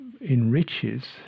enriches